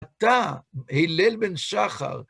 אתה הלל בן שחר.